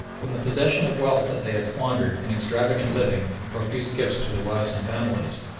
from the possession of wealth that they had squandered in extravagant living and profuse gifts to their wives and families,